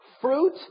Fruit